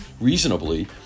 reasonably